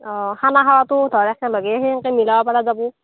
অ' খানা খোৱাটো ধৰ একেলগে সেনকৈ মিলাব পৰা যাব